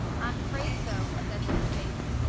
i'm afraid so, said mrs. bates.